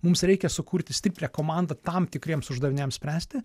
mums reikia sukurti stiprią komandą tam tikriems uždaviniams spręsti